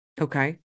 Okay